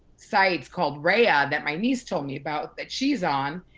sites called raya that my niece told me about that she's on.